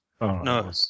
No